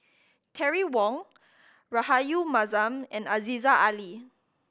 Terry Wong Rahayu Mahzam and Aziza Ali